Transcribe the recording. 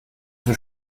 viel